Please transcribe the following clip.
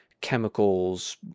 chemicals